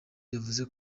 yavuze